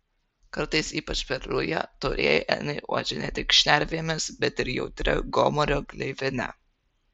kartais ypač per rują taurieji elniai uodžia ne tik šnervėmis bet ir jautria gomurio gleivine